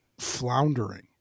floundering